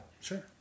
Sure